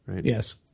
Yes